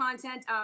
content